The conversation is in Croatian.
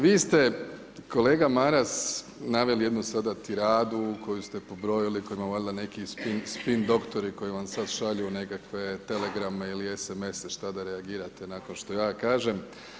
Vi ste kolega Maras naveli jednu sada tiradu koju ste pobrojili, koja ima valjda neki spin doktori koji vam sad šalju nekakve telegrame ili SMS-e šta da reagirate nakon što ja kažem.